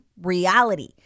reality